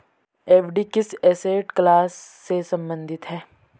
FD किस asset class से संबंधित है?